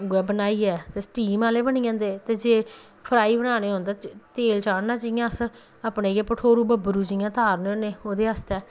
उ'ऐ बनाइयै ते सटीम आह्ले बनी जंदे जे फ्राई बनाने होने ते तेल चाढ़ना जि'यां अस अपने इ'यै भठोरू बब्बरू जि'यां तारने होने ओह्दे आस्तै